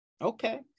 Okay